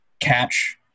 catch